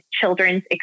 children's